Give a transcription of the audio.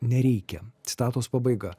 nereikia citatos pabaiga